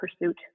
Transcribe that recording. pursuit